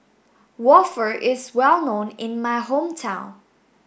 Waffle is well known in my hometown